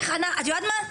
את יודעת מה,